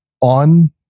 on